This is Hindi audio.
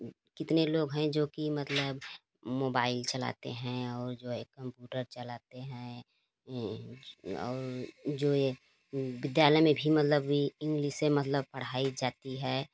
कितने लोग हैं जो कि मतलब मोबाइल चलाते हैं और वही कंप्यूटर चलाते हैं और जो यह विद्यालय में भी मतलब भी इंग्लिश से मतलब पढ़ाई जाती है